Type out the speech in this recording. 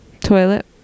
toilet